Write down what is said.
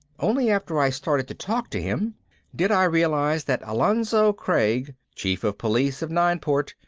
only after i started to talk to him did i realize that alonzo craig, chief of police of nineport,